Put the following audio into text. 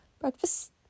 breakfast